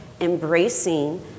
embracing